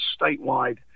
statewide